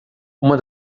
uma